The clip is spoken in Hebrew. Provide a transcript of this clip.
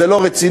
זה לא רציני,